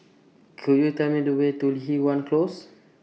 Could YOU Tell Me The Way to Li Hwan Close